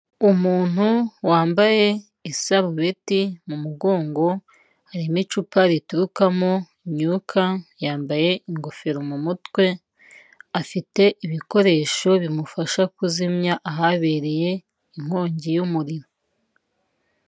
Umuntu wambaye isarubeti mu mugongo, harimo icupa ritukuramo imyuka, yambaye ingofero mu mutwe afite ibikoresho bimufasha kuzimya ahabereye inkongi y'umuriro.